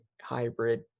hybrid